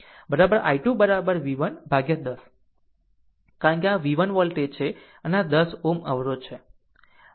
આમ i2 v1 ભાગ્યા 10 કારણ કે આ v 1 વોલ્ટેજ છે અને આ 10 Ω અવરોધ છે